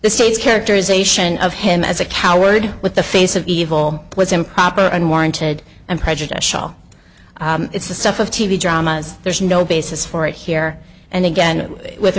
the state's characterization of him as a coward with the face of evil was improper unwarranted and prejudicial it's the stuff of t v dramas there's no basis for it here and again with